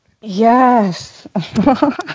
Yes